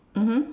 mmhmm